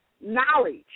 knowledge